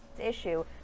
issue